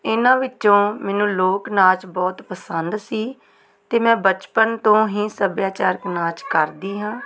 ਇਹਨਾਂ ਵਿੱਚੋਂ ਮੈਨੂੰ ਲੋਕ ਨਾਚ ਬਹੁਤ ਪਸੰਦ ਸੀ ਅਤੇ ਮੈਂ ਬਚਪਨ ਤੋਂ ਹੀ ਸੱਭਿਆਚਾਰਕ ਨਾਚ ਕਰਦੀ ਹਾਂ